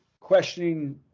questioning